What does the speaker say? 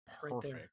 perfect